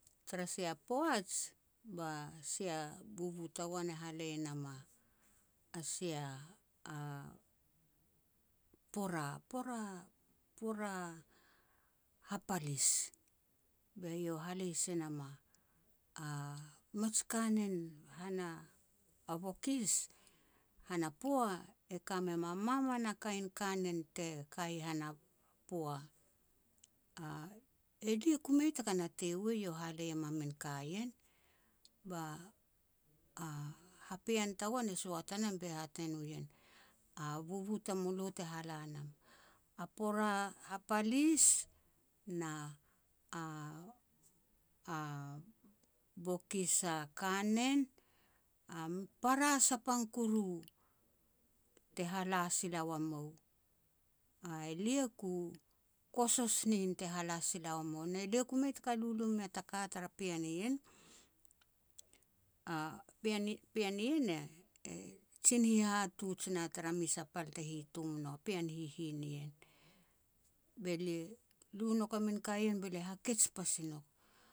Tara sia poaj, ba sia bubu tagoan e halei e nam a sia a pora, pora-pora hapalis. Be iau e halei se nam a-a mij kanen han a bokis, han a poa, e ka mem a maman a kain kanen te kai i han a poa. Elia ku mei taka natei u iau e halei em a min ka ien. Ba a hapean tagoan e soat e nam be hat ne no ien, "A bubu tamulo te hala nam". A pora hapalis, na a-a bokis a kanen a para sapang kuru, te hala sila ua mou. Elia ku kosos nin te hala sila ua mou, ne lia ku mei taka lulu mea taka tara pean ien. A pean-pean nien e-e jin hihatuj na tara mes a pal te hitom nau, pean hihin nien. Be lia lu nouk a min ka ien be lia hakej pasi nouk